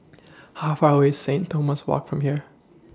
How Far away Saint Thomas Walk from here